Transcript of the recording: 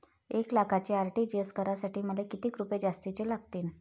एक लाखाचे आर.टी.जी.एस करासाठी मले कितीक रुपये जास्तीचे लागतीनं?